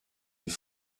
die